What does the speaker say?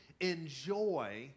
enjoy